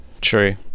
True